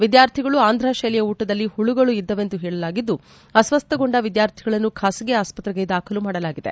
ವಿದ್ಯಾರ್ಥಿಗಳು ಆಂಧ್ರ ಶೈಲಿಯ ಊಟದಲ್ಲಿ ಹುಳುಗಳು ಇದ್ದವೆಂದು ಹೇಳಲಾಗಿದ್ದು ಅಸ್ತಸ್ಥಗೊಂಡ ವಿದ್ಯಾರ್ಥಿಗಳನ್ನು ಬಾಸಗಿ ಆಸ್ಪತ್ರೆಗೆ ದಾಖಲು ಮಾಡಲಾಗಿದೆ